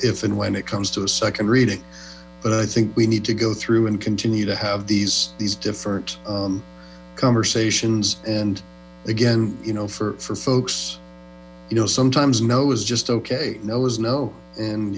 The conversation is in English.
if and when it comes to a second reading but i think we need to go through and continue to have these these different conversations and again you know for for folks you know sometimes no is just ok no